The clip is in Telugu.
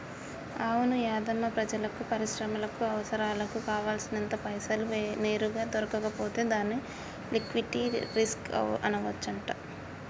అవును యాధమ్మా ప్రజలకు పరిశ్రమలకు అవసరాలకు కావాల్సినంత పైసలు నేరుగా దొరకకపోతే దాన్ని లిక్విటీ రిస్క్ అనవచ్చంట